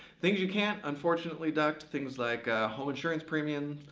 things you can't, unfortunately, deduct things like home insurance premium,